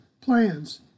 plans